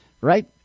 right